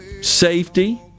safety